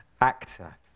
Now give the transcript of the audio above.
actor